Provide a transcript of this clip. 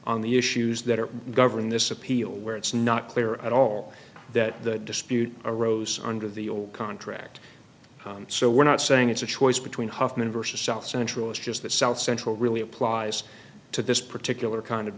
on the issues that are govern this appeal where it's not clear at all that that dispute arose under the old contract so we're not saying it's a choice between huffman versus south central it's just that south central really applies to this particular kind of